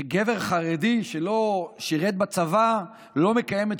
שגבר חרדי שלא שירת בצבא לא מקיים את